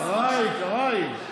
קרעי, די.